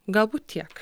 galbūt tiek